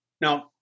Now